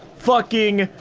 fucking.